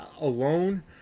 alone